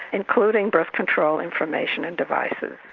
including birth control information and devices.